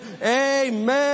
amen